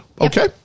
okay